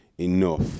enough